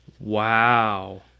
Wow